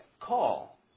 call